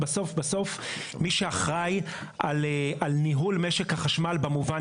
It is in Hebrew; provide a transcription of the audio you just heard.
בסוף מי שאחראי על ניהול משק החשמל במובן